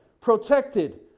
protected